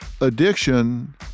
Addiction